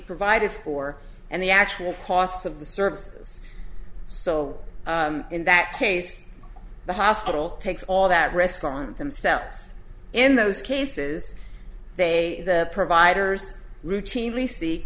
provided for and the actual costs of the services so in that case the hospital takes all that restaurant themselves in those cases they the providers routinely s